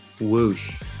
Whoosh